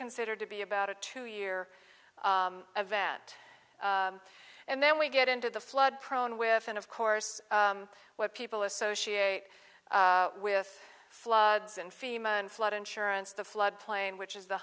considered to be about a two year event and then we get into the flood prone with and of course what people associate with floods and fema and flood insurance the flood plain which is